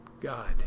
God